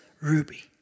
Ruby